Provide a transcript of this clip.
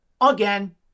again